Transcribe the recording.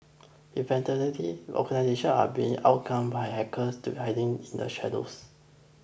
evidently the organisations are being outgunned by hackers to hiding in the shadows